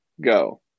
go